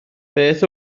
beth